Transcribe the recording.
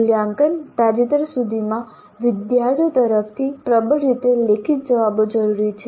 મૂલ્યાંકન તાજેતરમાં સુધી વિદ્યાર્થીઓ તરફથી પ્રબળ રીતે લેખિત જવાબો જરૂરી છે